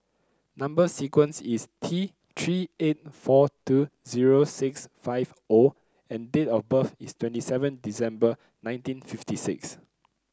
number sequence is T Three eight four two zero six five O and date of birth is twenty seven December nineteen fifty six